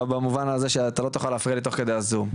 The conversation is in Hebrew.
במובן הזה שאתה לא תוכל להפריע לי תוך כדי הדברים.